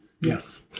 Yes